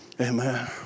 Amen